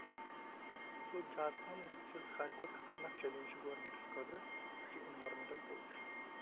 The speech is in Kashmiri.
گوٚو زیادٕ پَہم وٕنکیس چھِ ساروی کھۄتہٕ خطرناک چیلیج چھُ گورمینٹَس خٲطرٕ سُہ چھُ انوارمینٹَل پٔلوٗشن